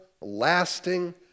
lasting